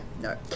no